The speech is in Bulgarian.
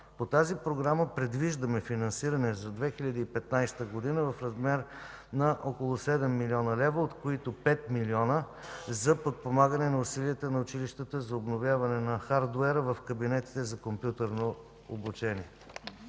По тази програма предвиждаме финансиране за 2015 г. в размер на около 7 млн. лв., от които 5 милиона за подпомагане на усилията на училищата за обновяване на хардуера в кабинетите за компютърно обучение.